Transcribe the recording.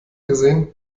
gesehen